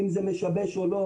אם זה משבש או לא,